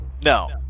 No